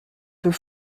peut